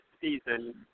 season